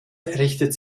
richtet